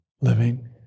living